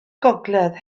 gogledd